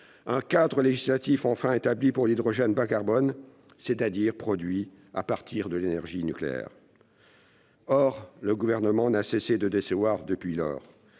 cadre législatif pour l'hydrogène bas-carbone, produit à partir de l'énergie nucléaire. Or le Gouvernement n'a cessé de décevoir depuis lors.